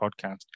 podcast